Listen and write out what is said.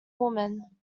woman